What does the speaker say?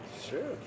sure